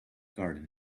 garden